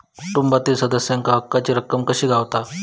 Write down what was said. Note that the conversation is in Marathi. कुटुंबातील सदस्यांका हक्काची रक्कम कशी गावात?